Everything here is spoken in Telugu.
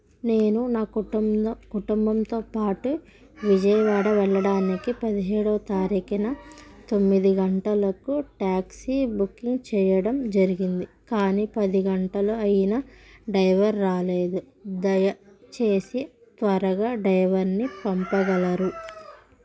నేను నా కుటుంమ్న కుటుంబంతో పాటు విజయవాడ వెళ్ళడానికి పదిహేడో తారీకున తొమ్మిది గంటలకు ట్యాక్సీ బుకింగ్ చేయడం జరిగింది కానీ పది గంటలు అయిన డైవర్ రాలేదు దయచేసి త్వరగా డైవర్ని పంపగలరు